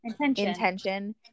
intention